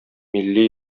милли